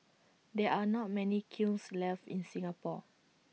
there are not many kilns left in Singapore